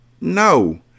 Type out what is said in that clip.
No